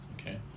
Okay